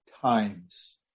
times